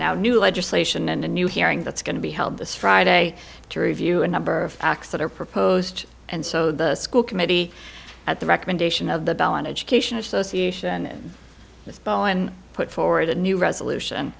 a new legislation and a new hearing that's going to be held this friday to review a number of acts that are proposed and so the school committee at the recommendation of the bell and education association this fall and put forward a new resolution